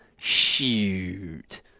Shoot